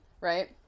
Right